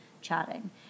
chatting